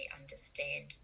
understand